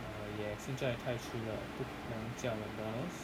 err ya 现在太迟了不能叫 McDonald's